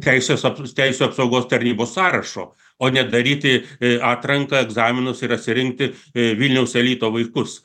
teisės teisių apsaugos tarnybos sąrašo o ne daryti atranką egzaminus ir atsirinkti vilniaus elito vaikus